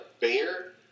bear